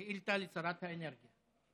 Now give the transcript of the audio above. שאילתה לשרת האנרגיה.